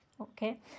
Okay